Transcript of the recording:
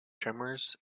tremors